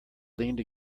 leaned